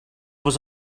was